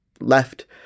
left